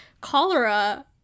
cholera